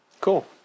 cool